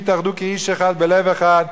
התאחדו כאיש אחד בלב אחד,